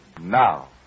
Now